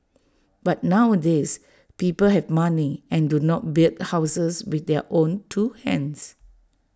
but nowadays people have money and do not build houses with their own two hands